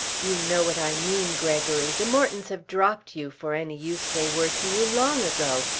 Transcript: you know what i mean, gregory. the mortons have dropped you, for any use they were to you, long ago,